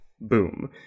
Boom